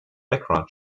background